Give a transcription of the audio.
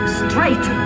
straight